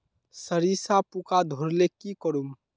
सरिसा पूका धोर ले की करूम?